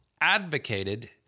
advocated